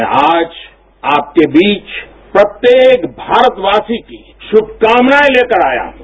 मैं आज आपके बीच प्रत्येक भारतवासी की शुभकामनाएं लेकर आयाहूं